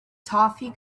toffee